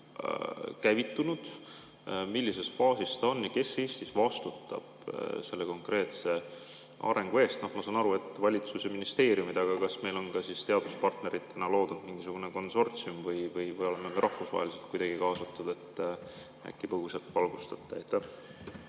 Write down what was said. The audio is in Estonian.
käivitunud? Millises faasis see on? Kes Eestis vastutab selle konkreetse arengu eest? Ma saan aru, et valitsus ja ministeeriumid, aga kas meil on ka teaduspartneritega loodud mingisugune konsortsium või oleme ka rahvusvaheliselt kuidagi kaasatud? Äkki põgusalt valgustate?